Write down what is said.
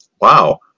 wow